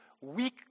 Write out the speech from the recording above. weak